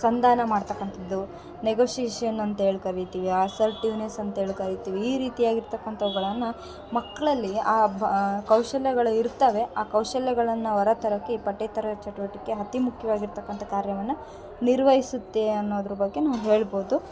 ಸಂಧಾನ ಮಾಡ್ತಕ್ಕಂಥದ್ದು ನೆಗೋಶೀಷನ್ ಅಂತ್ಹೇಳಿ ಕರಿತೀವಿ ಆಸರ್ಟ್ಯುನೆಸ್ ಅಂತ್ಹೇಳಿ ಕರಿತೀವಿ ಈ ರೀತಿಯಾಗಿ ಇರ್ತಕ್ಕಂಥವ್ಗಳ್ಳನ್ನು ಮಕ್ಕಳಲ್ಲಿ ಬ ಕೌಶಲ್ಯಗಳು ಇರ್ತವೆ ಆ ಕೌಶಲ್ಯಗಳನ್ನು ವರ ಥರಕ್ಕೆ ಈ ಪಠ್ಯೇತರ ಚಟುವಟಿಕೆ ಅತೀ ಮುಖ್ಯವಾಗಿರ್ತಕ್ಕಂಥ ಕಾರ್ಯವನ್ನು ನಿರ್ವಹಿಸುತ್ತೆ ಅನ್ನೋದ್ರ ಬಗ್ಗೆ ನಾವು ಹೇಳ್ಬೌದು